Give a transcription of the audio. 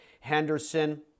Henderson